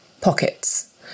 pockets